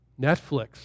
Netflix